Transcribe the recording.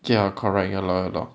ya correct ya lor ya lor